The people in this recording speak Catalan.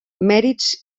mèrits